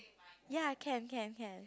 ya can can can